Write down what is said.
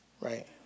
Right